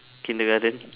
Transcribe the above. kindergarten